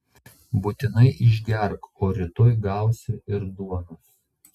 būtinai išgerk o rytoj gausi ir duonos